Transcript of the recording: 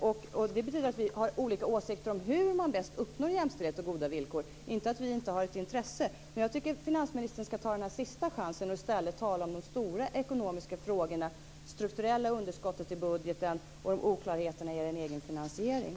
Detta betyder att vi har olika åsikter om hur man bäst uppnår jämställdhet och goda villkor, inte att vi inte har ett intresse. Jag tycker att finansministern nu ska ta den sista chansen att i stället tala om de stora ekonomiska frågorna - det strukturella underskottet i budgeten och oklarheterna i er egen finansiering.